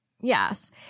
Yes